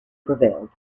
prevailed